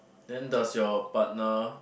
then does your partner